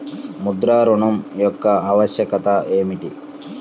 ముద్ర ఋణం యొక్క ఆవశ్యకత ఏమిటీ?